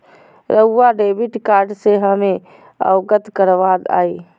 रहुआ debit card से हमें अवगत करवाआई?